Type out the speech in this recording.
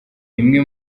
imwe